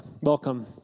welcome